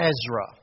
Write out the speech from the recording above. Ezra